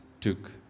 took